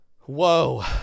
Whoa